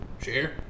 share